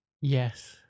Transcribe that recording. Yes